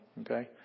Okay